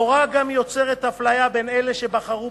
ההוראה גם יוצרת אפליה בין אלה שבחרו